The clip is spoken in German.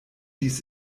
dies